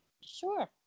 Sure